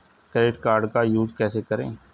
Credit card का use कैसे करें?